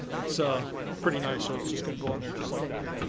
it's ah pretty nice so it's just gonna go on there just like that.